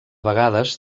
vegades